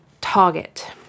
target